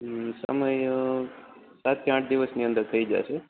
હ સમય સાત આઠ દિવસની અંદર થઈ જાસે